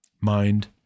mind